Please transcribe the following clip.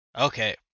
Okay